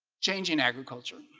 changing agriculture